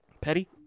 Petty